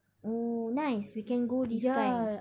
mm nice we can go this kind